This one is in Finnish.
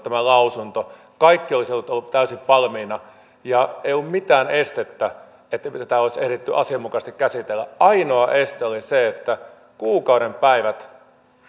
tämä lausunto kaikki olisi ollut täysin valmiina ei ollut mitään estettä etteikö tätä olisi ehditty asianmukaisesti käsitellä ainoa este oli se että kuukauden päivät